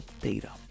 data